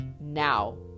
Now